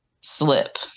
slip